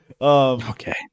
Okay